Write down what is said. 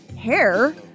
hair